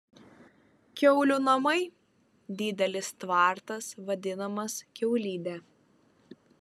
kiaulių namai didelis tvartas vadinamas kiaulide